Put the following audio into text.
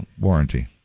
warranty